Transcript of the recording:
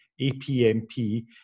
APMP